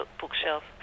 bookshelf